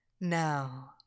Now